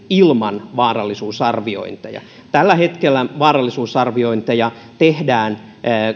ilman vaarallisuusarviointeja tällä hetkellä vaarallisuusarviointeja tehdään